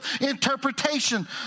interpretation